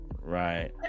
Right